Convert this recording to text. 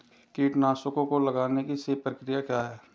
कीटनाशकों को लगाने की सही प्रक्रिया क्या है?